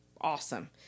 awesome